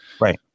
right